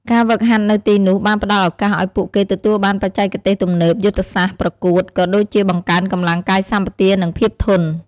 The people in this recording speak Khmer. ការហ្វឹកហាត់នៅទីនោះបានផ្ដល់ឱកាសឲ្យពួកគេទទួលបានបច្ចេកទេសទំនើប យុទ្ធសាស្ត្រប្រកួត ក៏ដូចជាបង្កើនកម្លាំងកាយសម្បទា និងភាពធន់។